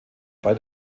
bei